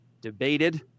debated